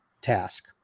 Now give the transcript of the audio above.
task